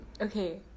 okay